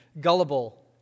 gullible